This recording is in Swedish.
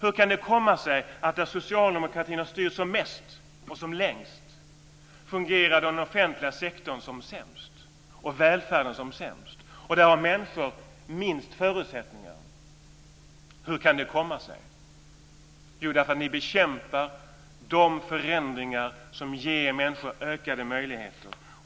Hur kan det komma sig att där socialdemokraterna har styrt som mest och som längst fungerar den offentliga sektorn och välfärden som sämst och att människor där har minst förutsättningar? Hur kan det komma sig? Jo, därför att ni bekämpar de förändringar som ger människor ökade möjligheter.